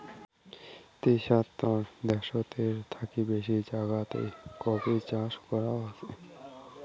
তিয়াত্তর দ্যাশেতের থাকি বেশি জাগাতে কফি চাষ করাঙ হসে